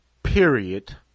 period